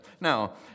Now